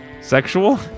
Sexual